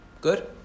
Good